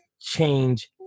change